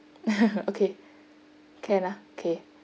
okay can ah okay